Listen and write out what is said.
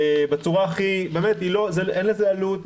אין לזה עלות,